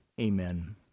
Amen